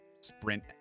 sprint